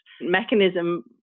mechanism